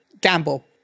gamble